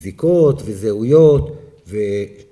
‫זיקות וזהויות ו...